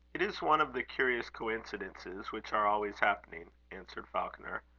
it is one of the curious coincidences which are always happening, answered falconer,